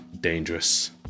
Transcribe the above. dangerous